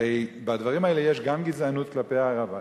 הרי בדברים האלה יש גם גזענות כלפי הערבים,